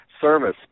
service